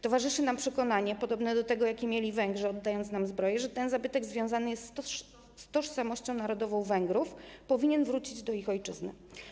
Towarzyszy nam przekonanie podobne do tego, jakie mieli Węgrzy, oddając nam zbroję, że ten zabytek związany jest z tożsamością narodową Węgrów i powinien wrócić do ich ojczyzny.